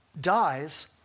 dies